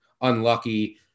unlucky